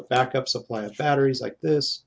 a backup supply of batteries like this